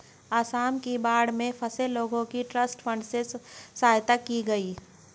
आसाम की बाढ़ में फंसे लोगों की ट्रस्ट फंड से सहायता की गई